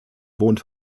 wohnt